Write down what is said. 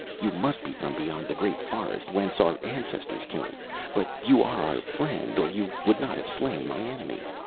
you must be from beyond the great forest, whence our ancestors came but you are our friend, or you would not have slain my enemy.